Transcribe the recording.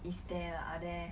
if there lah are there